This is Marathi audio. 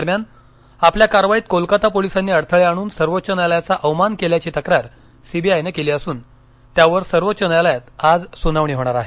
दरम्यान आपल्या कारवाईत कोलकाता पोलीसांनी अडथळे आणून सर्वोच्च न्यायालयाचा अवमान केल्याच तक्रार सीबीआयनं केली असून त्यावर सर्वोच्च न्यायालयात आज सुनावणी होणार आहे